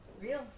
Real